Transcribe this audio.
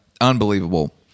Unbelievable